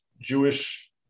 Jewish